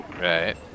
Right